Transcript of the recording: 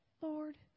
Lord